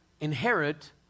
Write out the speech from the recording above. inherit